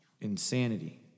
insanity